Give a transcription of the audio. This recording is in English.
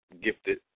gifted